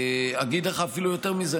אגיד לך אפילו יותר מזה,